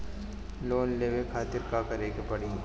Loan लेवे खातिर का करे के पड़ी?